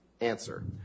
Answer